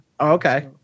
Okay